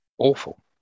Awful